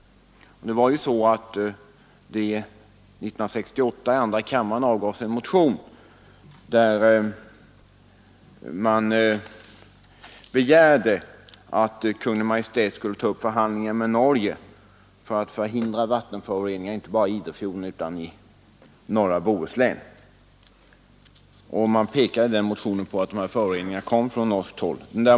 1968 väcktes ju i andra kammaren en motion, i vilken begärdes att Kungl. Maj:t skulle uppta förhandlingar med Norge för att förhindra vattenföroreningar inte bara i Idefjorden utan även i norra Bohuslän i övrigt. Det påpekades i motionen att föroreningarna kom från norskt håll.